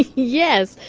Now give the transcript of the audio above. yes.